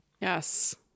Yes